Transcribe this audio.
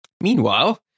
Meanwhile